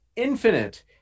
infinite